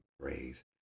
praise